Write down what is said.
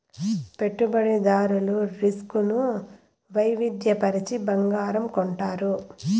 పెట్టుబడిదారులు రిస్క్ ను వైవిధ్య పరచి బంగారం కొంటారు